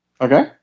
Okay